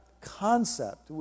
concept